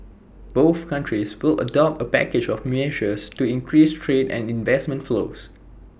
both countries will adopt A package of measures to increase trade and investment flows